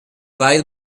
weil